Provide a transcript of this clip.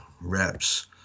reps